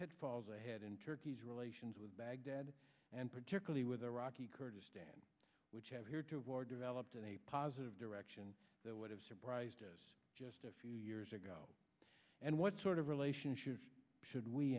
pitfalls ahead in turkey's relations with baghdad and particularly with iraqi kurdistan which have here two of war developed in a positive direction that would have surprised us just a few years ago and what sort of relationship should we